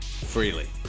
freely